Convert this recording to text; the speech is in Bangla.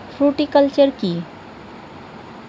ফ্রুটিকালচার কী?